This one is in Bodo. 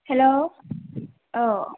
हेल्ल' औ